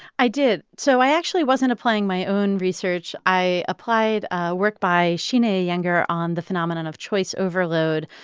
i did. so i actually wasn't applying my own research. i applied ah work by sheena yeah iyengar on the phenomenon of choice overload,